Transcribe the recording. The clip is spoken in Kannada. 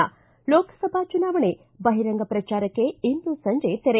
ಿ ಲೋಕಸಭಾ ಚುನಾವಣೆ ಬಹಿರಂಗ ಪ್ರಚಾರಕ್ಷೆ ಇಂದು ಸಂಜೆ ತೆರೆ